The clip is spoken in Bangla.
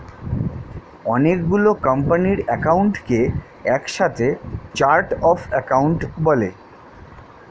অনেক গুলো কোম্পানির অ্যাকাউন্টকে একসাথে চার্ট অফ অ্যাকাউন্ট বলে